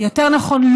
יותר נכון,